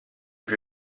più